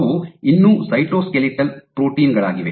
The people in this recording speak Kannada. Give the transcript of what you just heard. ಅವು ಇನ್ನೂ ಸೈಟೋಸ್ಕೆಲಿಟಲ್ ಪ್ರೋಟೀನ್ಗಳಾಗಿವೆ